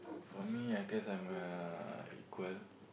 for me I guess I'm a equal